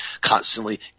constantly